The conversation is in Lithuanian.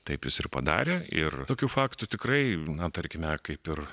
taip jis ir padarė ir tokių faktų tikrai na tarkime kaip ir